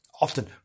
often